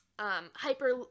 hyper